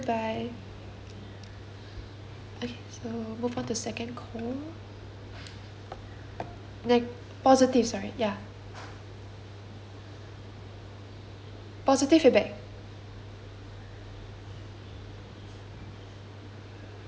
okay so move on to second call ne~ positive sorry ya positive feedback ya ya ya